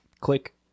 click